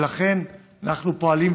ואנחנו פועלים,